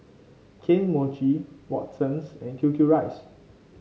Kane Mochi Watsons and Q Q rice